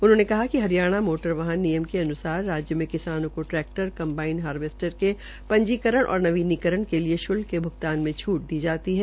उन्होंने बताया कि हरियाणा मोटर वाहन नियम के अनुसार राज्य में किसानों को ट्रैक्टर कम्बाइन हारवेस्टर के पंजीकरण और नवीनीकरण के लिए शुल्क के भुगतान से छूट दी जाती है